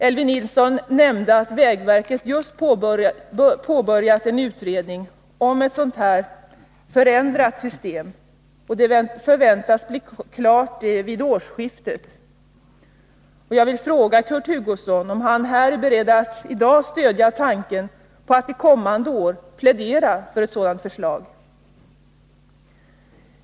Elvy Nilsson nämnde att vägverket just påbörjat en utredning om ett sådant förändrat system, som förväntas bli klart vid årsskiftet. Jag vill fråga Kurt Hugosson om han är beredd att här i dag stödja tanken på att till kommande år plädera för ett sådant förslag.